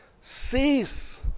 Cease